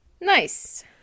nice